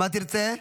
מה תרצה?